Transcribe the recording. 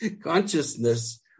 consciousness